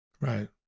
Right